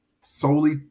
solely